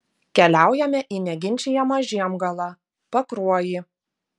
keliaujame į neginčijamą žiemgalą pakruojį